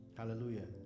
hallelujah